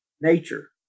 nature